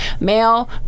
male